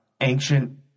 ancient